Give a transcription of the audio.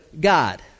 God